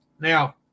Now